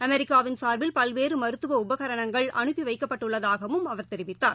அமெரிக்காவின் சார்பில் பல்வேறுமருத்துவஉபகரணங்கள் அனுப்பிவைக்கப்பட்டுள்ளதாகவும் அவர் தெரிவித்தார்